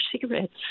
cigarettes